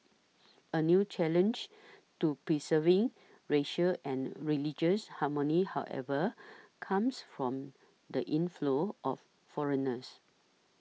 a new challenge to preserving racial and religious harmony however comes from the inflow of foreigners